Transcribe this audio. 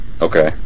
okay